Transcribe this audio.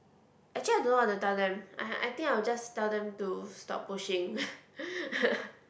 actually I don't want to tell them I I think I will just tell them to stop pushing